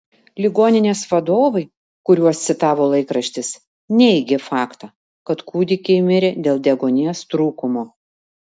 ligoninės vadovai kuriuos citavo laikraštis neigė faktą kad kūdikiai mirė dėl deguonies trūkumo